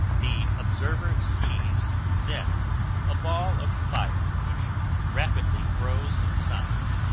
the observer sees then a ball of fire which rapidly grows in size.